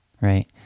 right